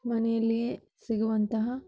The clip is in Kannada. ಮನೆಯಲ್ಲಿಯೇ ಸಿಗುವಂತಹ